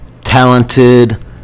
talented